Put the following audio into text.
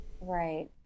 Right